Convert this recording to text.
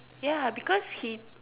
ya because he